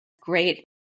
great